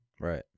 Right